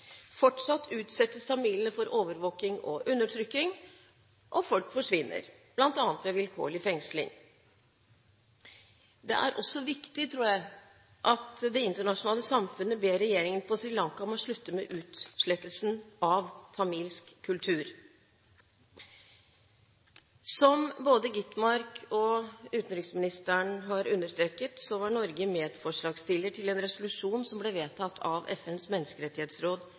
Fortsatt utsettes tamilene for overvåking og undertrykking, og folk forsvinner, bl.a. ved vilkårlig fengsling. Det er også viktig, tror jeg, at det internasjonale samfunnet ber regjeringen på Sri Lanka om å slutte med utslettelsen av tamilsk kultur. Som både Skovholt Gitmark og utenriksministeren har understreket, var Norge medforslagsstiller til en resolusjon som ble vedtatt av FNs menneskerettighetsråd